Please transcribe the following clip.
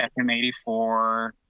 FM84